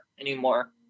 anymore